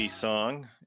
song